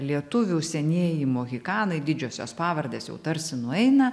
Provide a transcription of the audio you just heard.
lietuvių senieji mohikanai didžiosios pavardės jau tarsi nueina